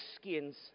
skins